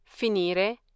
finire